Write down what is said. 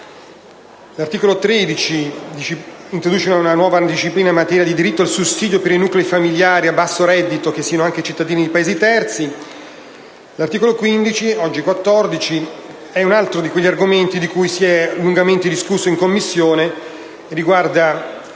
L'articolo 13 introduce una nuova disciplina in materia di diritto al sussidio per i nuclei familiari a basso reddito che siano anche composti da cittadini di Paesi terzi. L'articolo 14 tratta un altro di quegli argomenti di cui si è lungamente discusso in Commissione e riguarda